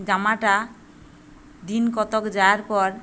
জামাটা দিন কতক যাওয়ার পর